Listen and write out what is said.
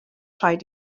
rhaid